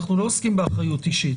אנחנו לא עוסקים באחריות אישית.